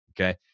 Okay